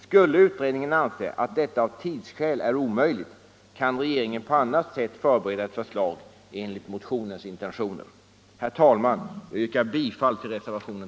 Skulle utredningen anse att detta av tidsskäl är omöjligt kan regeringen på annat sätt förbereda ett förslag enligt motionens intentioner.